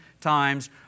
times